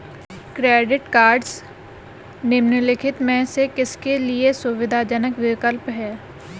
Credit cards निम्नलिखित में से किसके लिए सुविधाजनक विकल्प हैं?